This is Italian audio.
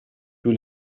più